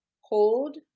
Hold